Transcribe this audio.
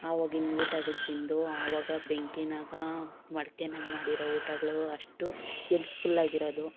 ಆವಾಗಿನ ಊಟಗಳು ತಿಂದು ಆವಾಗ ಬೆಂಕಿಯಾಗ ಮಡ್ಕೆದಾಗ ಮಾಡಿರೋ ಊಟಗಳು ಅಷ್ಟು ಎಲ್ತ್ಫುಲ್ಲಾಗಿರೋದು